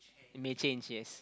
it may change yes